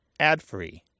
adfree